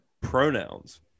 pronouns